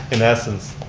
in essence,